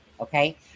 Okay